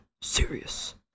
serious